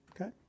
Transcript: Okay